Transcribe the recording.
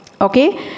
okay